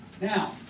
Now